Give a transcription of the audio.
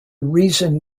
reason